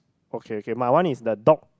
okay okay my one is the dog